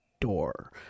door